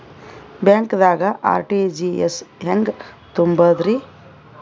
ಬ್ಯಾಂಕ್ದಾಗ ಆರ್.ಟಿ.ಜಿ.ಎಸ್ ಹೆಂಗ್ ತುಂಬಧ್ರಿ?